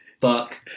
fuck